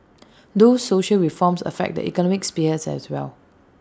those social reforms affect the economic sphere as well